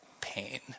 pain